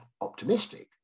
optimistic